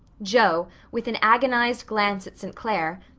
joe, with an agonized glance at st. clair,